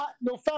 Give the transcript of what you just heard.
No